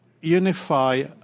unify